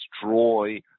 destroy